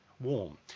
warm